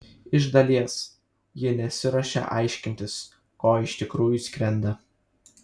iš dalies ji nesiruošia aiškintis ko iš tikrųjų skrenda